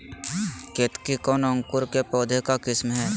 केतकी कौन अंकुर के पौधे का किस्म है?